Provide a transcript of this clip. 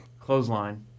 Clothesline